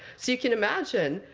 so you can imagine,